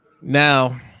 Now